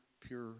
pure